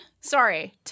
Sorry